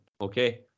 Okay